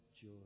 joy